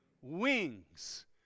Wings